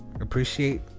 Appreciate